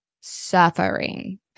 suffering